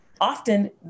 often